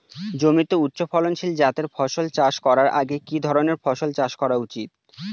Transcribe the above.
জমিতে উচ্চফলনশীল জাতের ফসল চাষ করার আগে কি ধরণের ফসল চাষ করা উচিৎ?